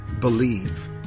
believe